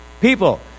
People